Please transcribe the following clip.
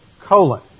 colon